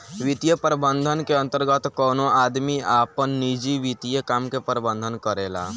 वित्तीय प्रबंधन के अंतर्गत कवनो आदमी आपन निजी वित्तीय काम के प्रबंधन करेला